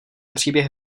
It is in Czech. příběh